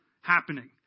happening